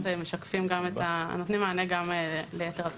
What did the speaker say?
משקפים נותנים מענה גם ליתר הדברים.